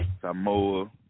Samoa